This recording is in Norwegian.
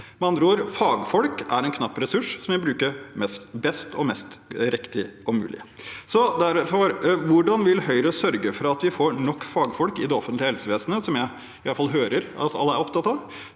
Fagfolk er en knapp ressurs som vi må bruke riktig og på best mulig måte. Derfor: Hvordan vil Høyre sørge for at vi får nok fagfolk i det offentlige helsevesenet